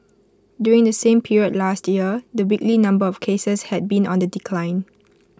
during the same period last year the weekly number of cases had been on the decline